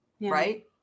right